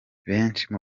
benshi